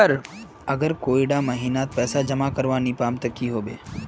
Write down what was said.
अगर कोई डा महीनात पैसा जमा करवा नी पाम ते की होबे?